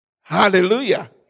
Hallelujah